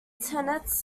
tenants